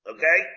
Okay